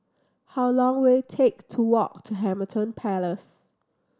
how long will it take to walk to Hamilton Palace